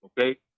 Okay